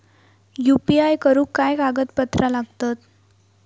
UPI करुक काय कागदपत्रा लागतत?